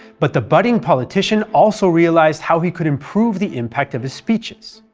but the budding politician also realized how he could improve the impact of his speeches.